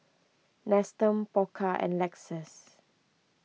Nestum Pokka and Lexus